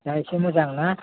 दा एसे मोजां ना